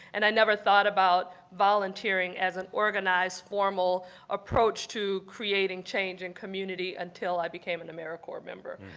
and i never thought about volunteering as an organized formal approach to creating change in community until i became an americorps member.